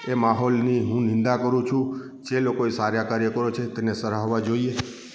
એ માહોલની હું નિંદા કરું છું જે લોકોએ સારા કાર્યો છે તેને સરાહવા જોઈએ